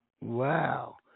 Wow